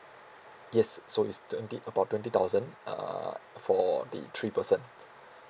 yes so is the bill about twenty thousand uh for the three person